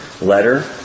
letter